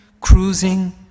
cruising